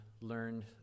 learned